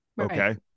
Okay